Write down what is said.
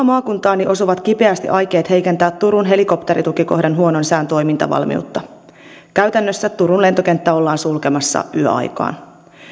maakuntaani osuvat kipeästi aikeet heikentää turun helikopteritukikohdan huonon sään toimintavalmiutta käytännössä turun lentokenttä ollaan sulkemassa yöaikaan